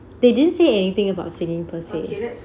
they didn't say anything about singing per say